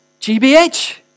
GBH